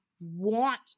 want